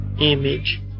image